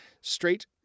Straight